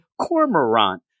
Cormorant